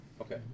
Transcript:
Okay